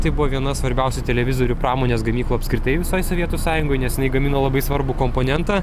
tai buvo viena svarbiausių televizorių pramonės gamyklų apskritai visoj sovietų sąjungoj nes jinai gamino labai svarbų komponentą